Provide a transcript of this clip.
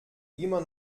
immer